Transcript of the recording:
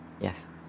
Yes